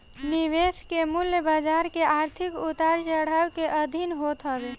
निवेश के मूल्य बाजार के आर्थिक उतार चढ़ाव के अधीन होत हवे